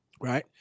right